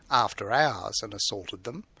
after hours, and assaulted them,